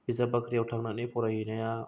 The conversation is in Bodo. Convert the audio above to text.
बिजाब बाख्रिआव थांनानै फराय हैनाया